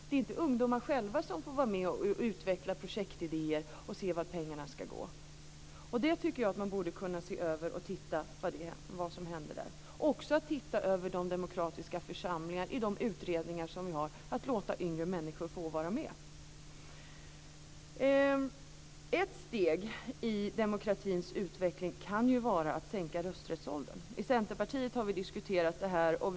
Det är inte ungdomarna själva som får vara med och utveckla projektidéer och se vart pengarna ska gå. Jag tycker att man kan se över detta och också låta yngre människor få vara med i de demokratiska församlingarna i de utredningar som vi har. Ett steg i demokratins utveckling kan ju vara att sänka rösträttsåldern. I Centerpartiet har vi diskuterat frågan.